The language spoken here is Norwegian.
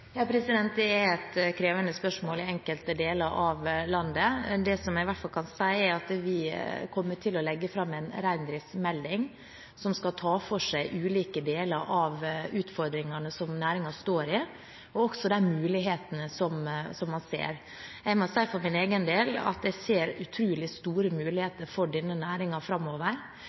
Det er et krevende spørsmål i enkelte deler av landet. Det som jeg i hvert fall kan si, er at vi kommer til å legge fram en reindriftsmelding som skal ta for seg ulike deler av utfordringene som næringen står overfor, og også de mulighetene som man ser. Jeg må for min egen del si at jeg ser utrolig store